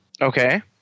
Okay